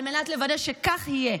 על מנת לוודא שכך יהיה,